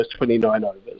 29-overs